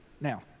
Now